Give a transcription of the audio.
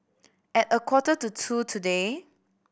at a quarter to two today